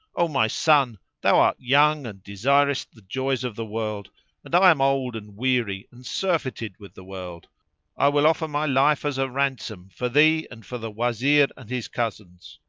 o my son, thou art young and desirest the joys of the world and i am old and weary and surfeited with the world i will offer my life as a ransom for thee and for the wazir and his cousins.